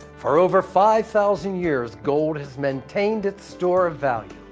for over five thousand years gold has maintained its stored value.